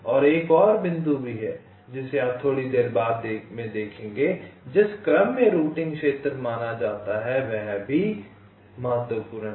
और एक और बिंदु भी है जिसे आप थोड़ी देर बाद देखेंगे जिस क्रम में रूटिंग क्षेत्र माना जाता है वह भी महत्वपूर्ण है